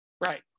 Right